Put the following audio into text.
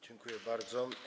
Dziękuję bardzo.